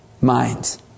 minds